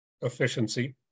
efficiency